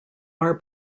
are